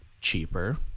cheaper